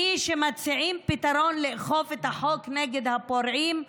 מי שמציעים פתרון לאכוף את החוק נגד הפורעים,